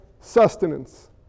sustenance